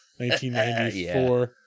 1994